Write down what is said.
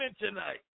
tonight